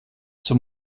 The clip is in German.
zur